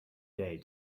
day